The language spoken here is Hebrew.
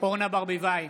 אורנה ברביבאי,